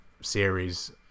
series